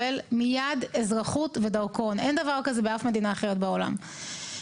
עומק עתידי לתכנון לאותו ישוב,